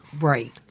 Right